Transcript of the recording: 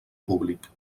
públic